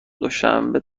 دوشنبه